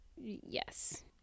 Yes